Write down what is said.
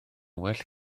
well